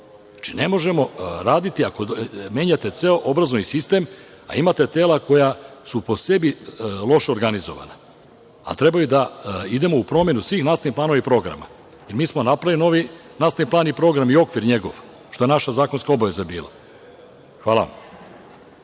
ne možemo raditi, ako menjate ceo obrazovni sistem a imate tela koja su po sebi loše organizovana, a trebaju da idemo u promenu svih nastavnih planova i programa. Mi smo napravili novi nastavni plan i program, i okvir njegov, što je naša zakonska obaveza bila. Hvala Vam.